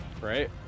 Right